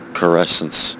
caressence